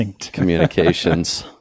communications